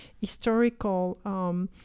historical